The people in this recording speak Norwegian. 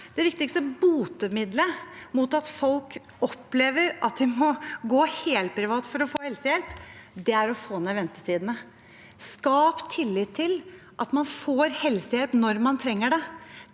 det viktigste botemiddelet mot at folk opplever at de må gå til helprivate for å få helsehjelp, er å få ned ventetidene. Vi må skape tillit til at man får helsehjelp når man trenger det.